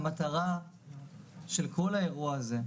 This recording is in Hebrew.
המטרה של כל האירוע הזה,